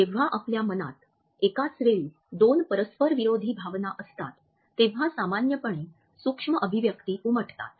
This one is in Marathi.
जेव्हा आपल्या मनात एकाच वेळी दोन परस्पर विरोधी भावना असतात तेव्हा सामान्यपणे सूक्ष्म अभिव्यक्ती उमटतात